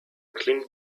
climbed